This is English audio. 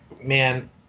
man